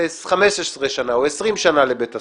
ל-15 שנה או 20 שנה לבית הסוהר.